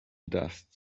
dust